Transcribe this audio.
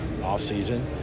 offseason